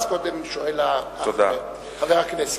אז קודם שואל חבר הכנסת.